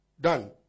done